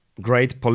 great